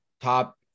top